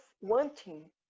wanting